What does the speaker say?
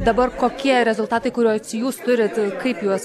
dabar kokie rezultatai kuriuos jūs turit kaip juos